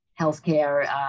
healthcare